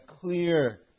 clear